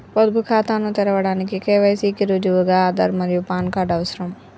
పొదుపు ఖాతాను తెరవడానికి కే.వై.సి కి రుజువుగా ఆధార్ మరియు పాన్ కార్డ్ అవసరం